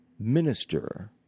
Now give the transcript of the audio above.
minister